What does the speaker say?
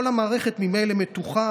כל המערכת ממילא מתוחה,